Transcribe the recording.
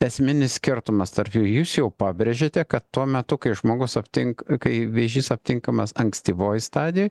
esminis skirtumas tarp jų jūs jau pabrėžėte kad tuo metu kai žmogus aptinka kai vėžys aptinkamas ankstyvoj stadijoj